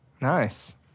Nice